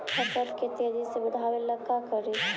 फसल के तेजी से बढ़ाबे ला का करि?